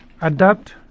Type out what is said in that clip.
adapt